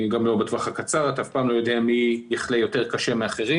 גם לא בטווח הקצר כי אתה אף פעם לא יודע מי יחלה יותר קשה מאחרים.